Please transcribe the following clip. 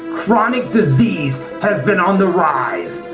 chronic disease has been on the rise.